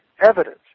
evidence